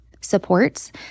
supports